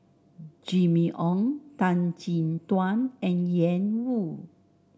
Jimmy Ong Tan Chin Tuan and Ian Woo